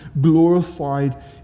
glorified